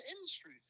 industry